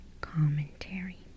commentary